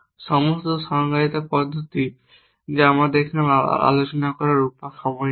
সমস্ত সংজ্ঞায়িত পদ্ধতি যা আমাদের এখানে আলোচনা করার সময় নেই